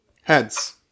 heads